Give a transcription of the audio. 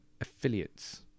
affiliates